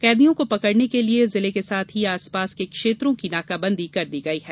कैदियों को पकड़ने के लिए जिले के साथ ही आसपास के क्षेत्रों की नाकाबंदी कर दी गई है